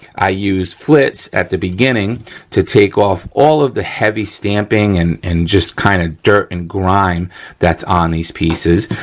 i use flitz at the beginning to take off all of the heavy stamping and and just kind of dirt and grime that's on these pieces.